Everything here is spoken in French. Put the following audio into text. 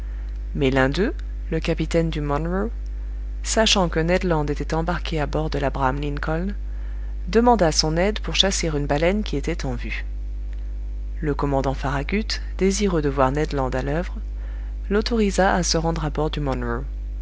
mais l'un d'eux le capitaine du monroe sachant que ned land était embarqué à bord de labraham lincoln demanda son aide pour chasser une baleine qui était en vue le commandant farragut désireux de voir ned land à l'oeuvre l'autorisa à se rendre à bord du